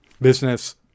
business